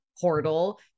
portal